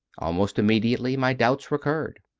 almost immediately my doubts recurred.